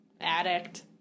Addict